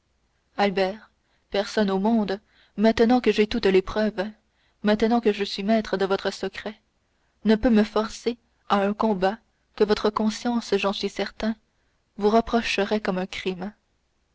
albert personne au monde maintenant que j'ai toutes les preuves maintenant que je suis maître de votre secret ne peut me forcer à un combat que votre conscience j'en suis certain vous reprocherait comme un crime